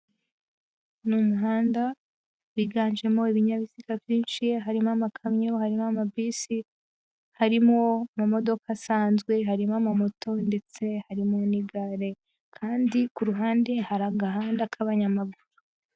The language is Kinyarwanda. Ni umuhanda wiganjemo ibinyabiziga byinshi harimo amakamyo, harimo amabisi, harimo amamodoka isanzwe, harimo amamoto ndetse harimo n'igare kandi ku ruhande hari agahanda k'abanyamaguru.